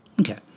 okay